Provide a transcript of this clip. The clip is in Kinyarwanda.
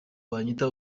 banyita